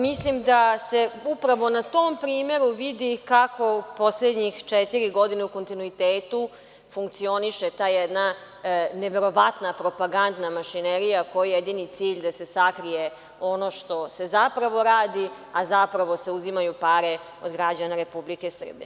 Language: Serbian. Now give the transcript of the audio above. Mislim da se upravo na tom primeru vidi kako poslednjih četiri godine u kontinuitetu funkcioniše ta jedna neverovatna propagandna mašinerija kojoj je jedini cilj da se sakrije ono što se zapravo radi, a zapravo se uzimaju pare od građana Republike Srbije.